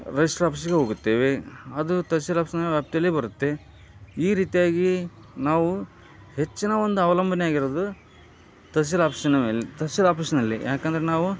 register ಆಫೀಸ್ಸಿಗೆ ಹೋಗುತ್ತೇವೆ ಅದು ತಹಶೀಲ್ ಆಫೀಸ್ನ ವ್ಯಾಪ್ತಿಯಲ್ಲೇ ಬರುತ್ತೆ ಈ ರೀತಿಯಾಗಿ ನಾವು ಹೆಚ್ಚಿನ ಒಂದು ಅವಲಂಬನೆಯಾಗಿರುವುದು ತಹಶೀಲ್ ಆಫೀಸಿನ ಮೇಲೆ ತಹಶೀಲ್ ಆಫೀಸ್ನಲ್ಲಿ ಯಾಕಂದ್ರೆ ನಾವು